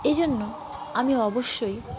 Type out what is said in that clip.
এই জন্য আমি অবশ্যই